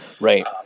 right